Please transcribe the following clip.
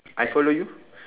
I follow you